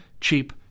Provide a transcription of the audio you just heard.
cheap